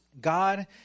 God